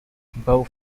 both